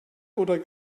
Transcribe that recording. oder